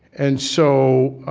and so,